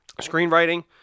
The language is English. screenwriting